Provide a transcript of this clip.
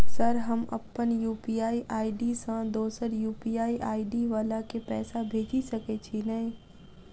Sir हम अप्पन UPI ID सँ दोसर यु.पी.आई आई.डी वला केँ पैसा भेजि सकै छी नै?